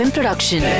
Production